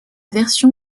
version